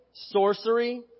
Sorcery